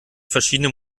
verschiedene